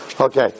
Okay